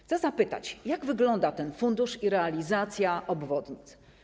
Chcę zapytać, jak wygląda ten fundusz i realizacja obwodnic.